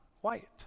white